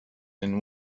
and